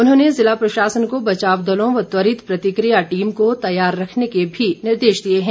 उन्होंने ज़िला प्रशासन को बचाव दलों व त्वरित प्रतिक्रिया टीम को तैयार रखने के भी निर्देश दिए हैं